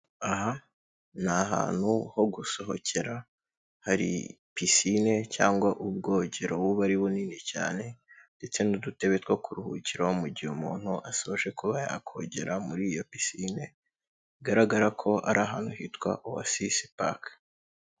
Aha ni ahantu ho gusohokera hari pisine cyangwa ubwogero buba ari bunini cyane ndetse n'udutebe two kuruhukiraho mu gihe umuntu asoje kuba yakogera muri iyo pisine bigaragara ko ari ahantu hitwa Osisi paka.